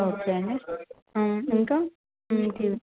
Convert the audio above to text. okay అండి ఇంకా